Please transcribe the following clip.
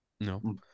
No